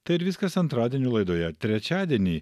tai ir viskas antradienio laidoje trečiadienį